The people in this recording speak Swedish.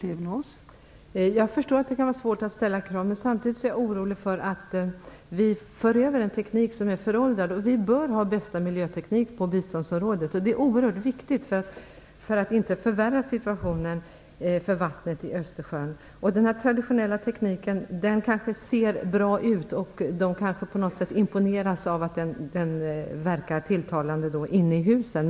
Fru talman! Jag förstår att det kan vara svårt att ställa krav, men samtidigt är jag orolig för att vi för över en teknik som är föråldrad. Vi bör ha bästa miljöteknik på biståndsområdet. Det är oerhört viktigt för att inte förvärra situationen vad gäller vattnet i Östersjön. Den traditionella tekniken ser kanske bra ut. Man imponeras kanske på något sätt av att den verkar tilltalande inne i husen.